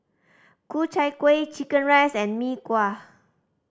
Ku Chai Kueh chicken rice and Mee Kuah